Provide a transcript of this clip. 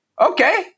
Okay